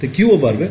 তাই Q ও বেরোবে